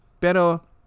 Pero